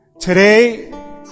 Today